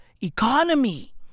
economy